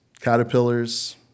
caterpillars